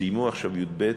שסיימו עכשיו י"ב,